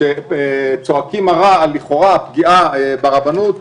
שצועקים מרה על לכאורה פגיעה ברבנות,